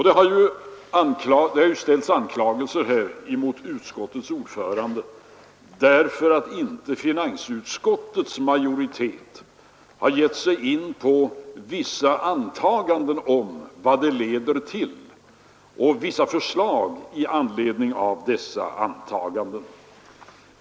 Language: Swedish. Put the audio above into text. Det har riktats anklagelser mot utskottets ordförande för att finansutskottets majoritet inte har gett sig på några antaganden om vad det leder till och inte lagt fram några förslag med anledning härav.